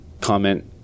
comment